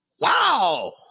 wow